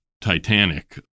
Titanic